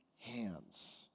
hands